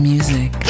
Music